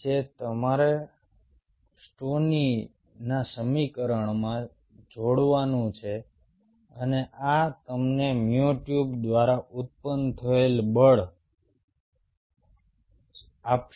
જે તમારે સ્ટોનીના સમીકરણમાં જોડવાનું છે અને આ તમને મ્યોટ્યુબ દ્વારા ઉત્પન્ન થયેલ બળ આપશે